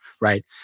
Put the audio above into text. right